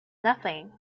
nothing